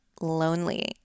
lonely